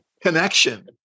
Connection